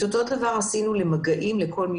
את אותו דבר עשינו גם עם הבאים במגע עם החולה.